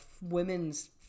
women's